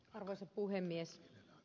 arvoisa puhemies